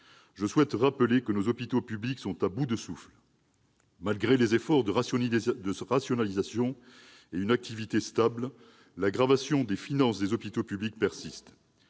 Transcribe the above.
Je souhaite rappeler que nos hôpitaux publics sont à bout de souffle : malgré les efforts de rationalisation et une activité stable, l'aggravation de la situation de leurs finances persiste.